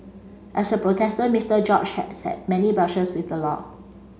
as a protester Mister George has had many brushes with the law